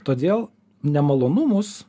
todėl nemalonumus